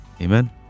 Amen